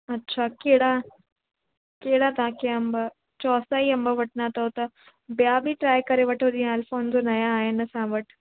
अछा कहिड़ा कहिड़ा तव्हांखे अंब चौसा ई अंब वठिणा त हो त ॿिया बि ट्राए करे वठो जीअं अलफ़ोनज़ो नवां आया आहिनि असां वटि